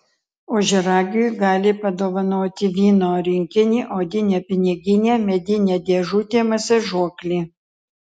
ožiaragiui gali padovanoti vyno rinkinį odinę piniginę medinę dėžutę masažuoklį